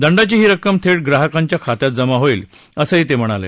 दंडाची ही रक्कम थेट ग्राहकांच्या खात्यात जमा होईल असंही ते म्हणाले